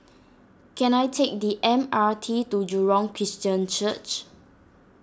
can I take the M R T to Jurong Christian Church